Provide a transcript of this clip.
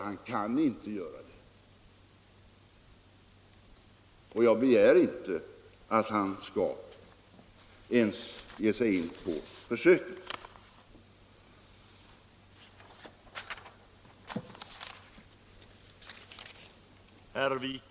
Han kan inte göra det. Jag begär inte ens att han skall ge sig in på ett försök att göra det.